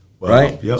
Right